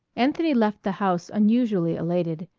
anthony left the house unusually elated,